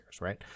right